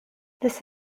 this